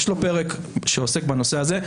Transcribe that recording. יש לו פרק שעוסק בנושא הזה,